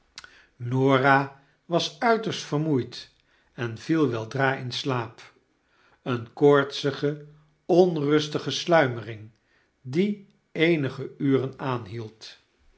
norah was uiterst vermoeid en viel weldra in slaap eene koortsige onrustige sluimering die eenige uren